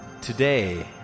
today